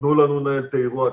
תנו לנו לנהל את האירוע,